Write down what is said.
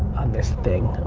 this thing,